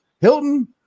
Hilton